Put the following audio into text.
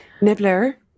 Nibbler